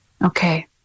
Okay